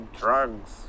drugs